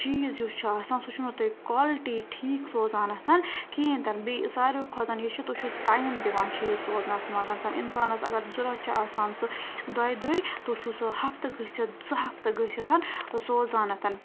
چیٖز یُس چھُ آسان سُہ چھُو نہٕ تُہۍ کالٹی ٹھیٖک سوزان کِہیٖنۍ تہِ نہٕ بیٚیہِ ساروے کھۄتہٕ یہِ چھُ تُہۍ چھُو ٹایِم دِوان چیٖز سوزنَس منٛز اِنسانَس اگر ضوٚرَتھ چھِ آسان سُہ دۄیہِ دُے تُہۍ چھُو سُہ ہَفتہٕ گٔژھِتھ زٕ ہَفتہٕ گٔژھِتھ سوزان